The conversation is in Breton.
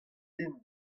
den